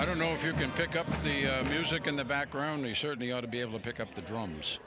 i don't know if you can pick up the music in the background he certainly ought to be able to pick up the drums